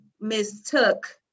mistook